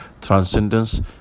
transcendence